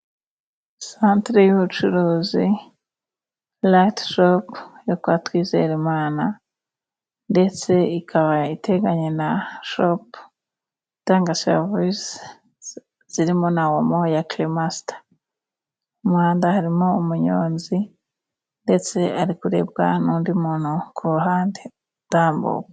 Santere y'ubucuruzi layiti shopu yo kwa Twizerimana ndetse ikaba iteganye na shopu itanga serivise zirimo na omo ya kelemasita, mu muhanda harimo umunyonzi, ndetse ari kurebwa n'undi muntu ku ruhande utambuka.